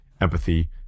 empathy